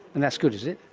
and that's good, is it?